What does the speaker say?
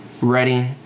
ready